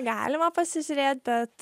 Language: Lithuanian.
galima pasižiūrėt bet